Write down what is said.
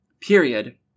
period